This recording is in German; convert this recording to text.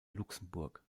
luxemburg